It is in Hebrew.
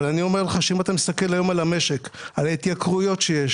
אבל אם אתה מסתכל היום על המשק ועל ההתייקרויות שיש